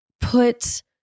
put